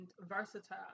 versatile